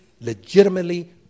legitimately